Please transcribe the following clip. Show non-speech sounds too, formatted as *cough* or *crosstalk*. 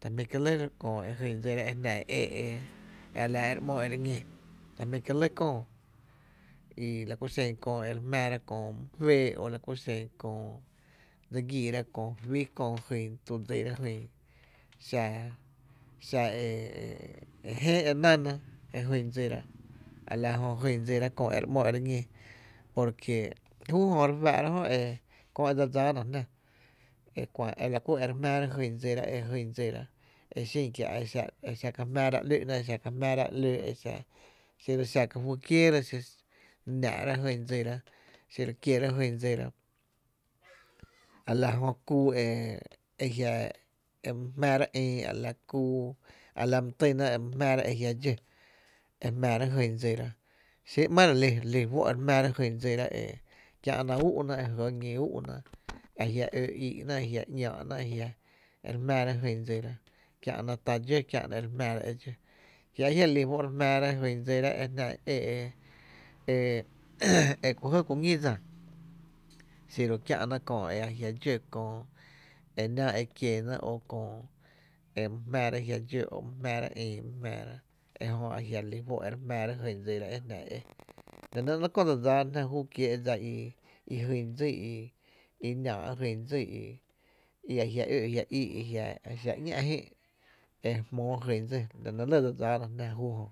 ta jmí’ kié’ lɇ köö e jyn dsira e jná a la e e re ‘mó re ñí. ta jmíí’ kié’ lɇ köö i la ku xen e re jmⱥⱥ ra köö my féé’ ´la ku xen *hesitation* e dse gíira kö fí kö e jyn tu dsira jy, xa e *hesitation* e e re jén e re nána e jy dsira a la jö jyn dsira kö e re ‘mo e re ñi porque júú jö re fáá’ra jö köö e dse dsáána jná e *hesitation* e la kuro’ re jmⱥⱥra jyn dsira e sin que a exa ka jmⱥⱥra ‘lú’na e xa ka jmⱥⱥra ‘lóó e xa xi ru xa ka fý kieera náá’ra e jy dsira, xiro kiera jyn dsira, a jö kúú e my jmⱥⱥra ïï a la kuu, a la my týna e my jmⱥⱥra e jia’ dxó e jmⱥⱥra jyn dsira, xí ma re li e re jmⱥⱥra jyn dsira e kiä’na ú’na e ñi úú’na a jiá’ ó’ i’na e re jmⱥⱥra jyn dsira kiä’na tá dxó e re jmⱥⱥra e dxó, ki a jia’ re li fó’ re jⱥⱥra e jyn dsira e jná e é eku jɇ ku ñí dsa xiro kiä’na kö e a jia’ dxó, köö e ná e kiena o köö e my jmⱥⱥra jia’ dxó o my jmⱥⱥra ïï my jmⱥⱥra ejö a jjia’ re lí fó’ e re jmⱥⱥra e jyn dsira e jná e é la nɇ ‘néé’0 kö dse dsaana jná júú kiee’ i jyn dsí i i náá’ jyn dsí, i jia’ óó’ jia’ íí’ e jia’ xa ñá’ jï’ ejmoo jyn dsí, la nɇ lɇ dse dsáána jná júú jö.